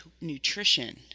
nutrition